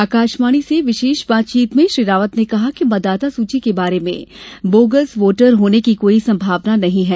आकाशवाणी से विशेष बातचीत में श्री रावत ने कहा कि मतदाता सूची के बारे में बोगस वोटर होने की कोई संभावना नहीं है